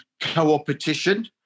cooperation